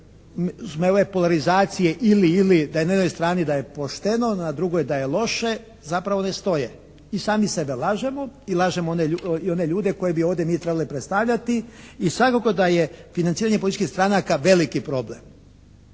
ne razumije./… ili-ili, da je na jednoj strani da je pošteno, na drugoj da je loše zapravo ne stoje. I sami sebe lažemo i lažemo i one ljude koji bi ovdje mi trebali predstavljati i svakako da je financiranje političkih stranaka veliki problem.